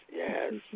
yes